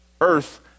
Earth